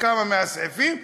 לכמה מהסעיפים.